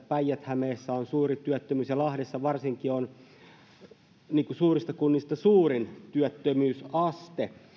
päijät hämeessä on suuri työttömyys ja lahdessa varsinkin on suurista kunnista korkein työttömyysaste